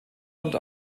und